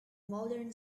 modern